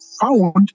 found